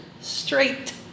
straight